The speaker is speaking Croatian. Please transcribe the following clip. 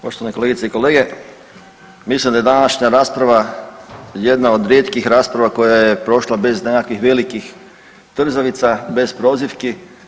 Poštovane kolegice i kolege, mislim da je današnja rasprava jedna od rijetkih rasprava koja je prošla bez nekakvih velikih trzavica, bez prozivki.